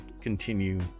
continue